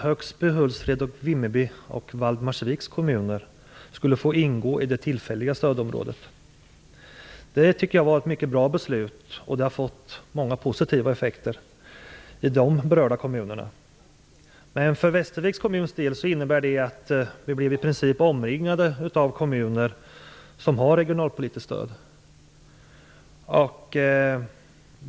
Hultsfreds, Vimmerby och Valdemarsviks kommuner skulle få ingå i det tillfälliga stödområdet. Det tycker jag var ett mycket bra beslut och har fått många positiva effekter i de berörda kommunerna. För Västerviks kommuns del innebär det att Västervik i princip blir omringad av kommuner som har regionalpolitiskt stöd.